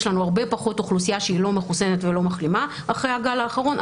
יש לנו הרבה פחות אוכלוסייה שהיא לא מחוסנת ולא מחלימה אחרי הגל האחרון,